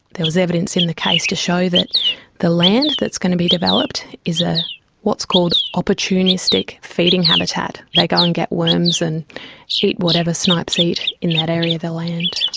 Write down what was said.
there was evidence in the case to show that the land that's going to be developed is ah what's called opportunistic feeding habitat. they go and get worms and eat whatever snipes eat in that area of the land.